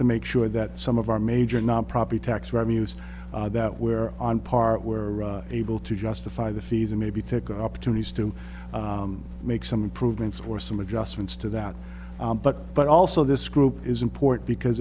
to make sure that some of our major not property tax revenues that where on part were able to justify the fees and maybe take opportunities to make some improvements or some adjustments to that but but also this group is important because